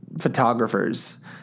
Photographers